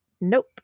Nope